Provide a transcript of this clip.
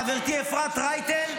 חברתי אפרת רייטן,